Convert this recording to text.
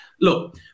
Look